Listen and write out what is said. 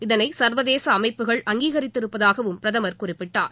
இதனை சர்வதேச அமைப்புகள் அங்கீகரித்திருப்பதாகவும் பிரதமர் குறிப்பிட்டார்